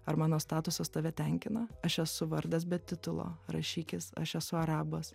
ar mano statusas tave tenkina aš esu vardas be titulo rašykis aš esu arabas